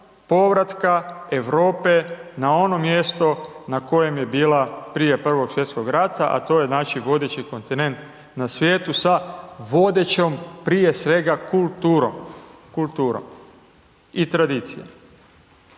povratka Europe na ono mjesto na kojem je bila prije Prvog svjetskog rata, a to je, znači, vodeći kontinent na svijetu sa vodećom, prije svega, kulturom i tradicija.